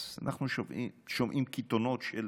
אז אנחנו שומעים קיתונות של: